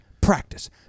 practice